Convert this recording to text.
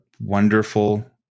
wonderful